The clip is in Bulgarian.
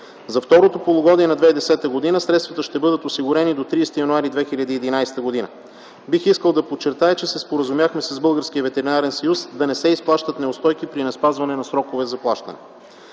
За второто полугодие на 2010 г. средствата ще бъдат осигурени на 30 януари 2011 г. Бих искал да подчертая, че се споразумяхме с Българския ветеринарен съюз да не се изплащат неустойки при неспазване на срокове за плащане.